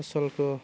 फसलखौ